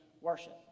worship